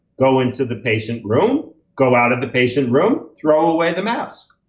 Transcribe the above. go into the patient room, go out of the patient room, throw away the mask.